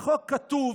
בחוק כתוב,